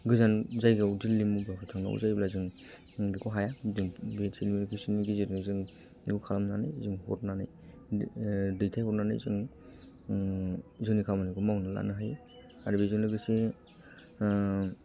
गोजान जायगायाव दिल्ली मुम्बाइफोर थांनांगौ जायोब्ला जों बेखौ हाया जों बे टेलिकमिउनिसन नि गेजेरजों जों खालामनानै जों हरनानै दैथायहरनानै जों जोंनि खामानिखौ मावनानै लानो हायो आरो बेजों लोगोसे